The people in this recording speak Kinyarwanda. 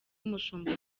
umushumba